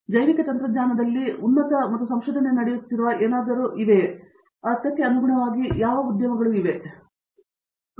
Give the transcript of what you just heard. ಅಥವಾ ಜೈವಿಕ ತಂತ್ರಜ್ಞಾನದಲ್ಲಿ ಉನ್ನತ ಮತ್ತು ಸಂಶೋಧನೆ ನಡೆಯುತ್ತಿರುವ ಯಾವುದಕ್ಕೂ ಅನುಗುಣವಾಗಿ ಅವುಗಳು ಎಷ್ಟು ಹಿಂದೆ ಎಂದು ನೀವು ಭಾವಿಸುತ್ತೀರಿ ಅಥವಾ ಎಷ್ಟು ದೂರವನ್ನು ನೀವು ಭಾವಿಸುತ್ತೀರಿ